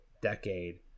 decade